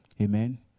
Amen